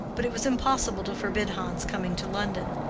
but it was impossible to forbid hans's coming to london.